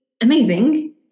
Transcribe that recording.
amazing